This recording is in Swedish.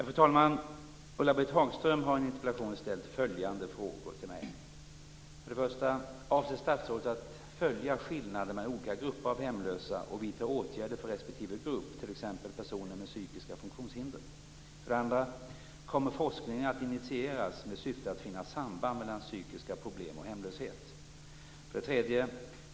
Fru talman! Ulla-Britt Hagström har i en interpellation ställt följande frågor till mig: · Avser statsrådet att följa skillnaderna mellan olika grupper av hemlösa och vidta åtgärder för respektive grupp, t.ex. personer med psykiska funktionshinder? · Kommer forskning att initieras med syfte att finna samband mellan psykiska problem och hemlöshet?